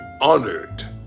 honored